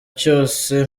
cyose